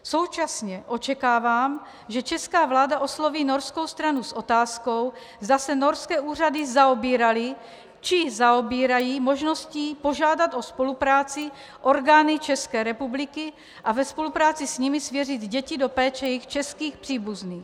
Současně očekávám, že česká vláda osloví norskou stranu s otázkou, zda se norské úřady zaobíraly či zaobírají možností požádat o spolupráci orgány České republiky a ve spolupráci s nimi svěřit děti do péče jejich českých příbuzných.